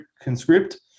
Conscript